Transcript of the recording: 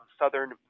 Southern